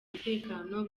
umutekano